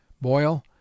boil